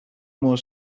more